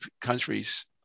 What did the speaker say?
countries